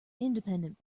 independent